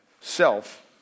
self